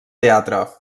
teatre